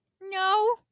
No